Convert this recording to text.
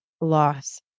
loss